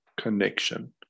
connection